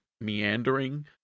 meandering